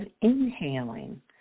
inhaling